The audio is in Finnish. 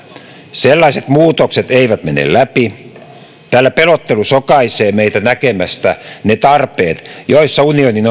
sellaiset muutokset eivät mene läpi tällä pelottelu sokaisee meitä näkemästä ne tarpeet joissa unionin